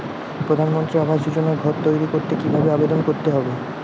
প্রধানমন্ত্রী আবাস যোজনায় ঘর তৈরি করতে কিভাবে আবেদন করতে হবে?